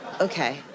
okay